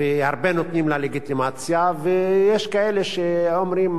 ויש כאלה שעושים מעשה בנדון.